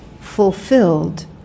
fulfilled